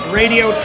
radio